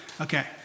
Okay